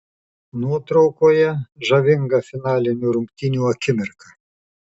nuotraukoje žavinga finalinių rungtynių akimirka